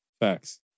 Facts